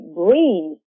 breathe